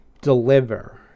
deliver